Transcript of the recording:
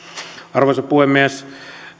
arvoisa puhemies